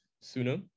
sooner